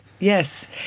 Yes